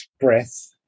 breath